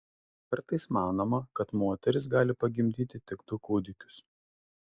kartais manoma kad moteris gali pagimdyti tik du kūdikius